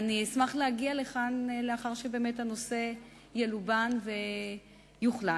ואשמח להגיע לכאן לאחר שהנושא ילובן ויוחלט.